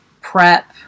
prep